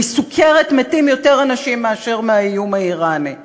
שמסוכרת מתים יותר אנשים מאשר מהאיום האיראני.